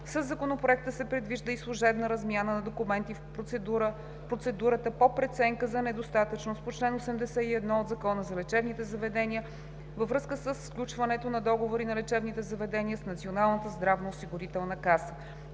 Със Законопроекта се предвижда и служебна размяна на документи в процедурата по преценка за недостатъчност по чл. 81 от Закона за лечебните заведения във връзка със сключването на договори на лечебните заведения с Националната здравноосигурителна каса.